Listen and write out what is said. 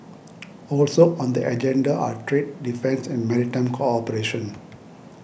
also on the agenda are trade defence and maritime cooperation